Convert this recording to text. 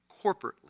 corporately